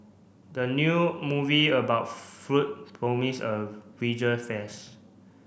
the new movie about food promise a visual face